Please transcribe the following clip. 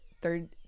third